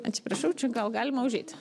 atsiprašau čia gal galima užeiti